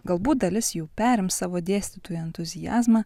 galbūt dalis jų perims savo dėstytojų entuziazmą